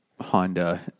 Honda